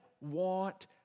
want